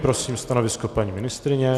Prosím stanovisko paní ministryně.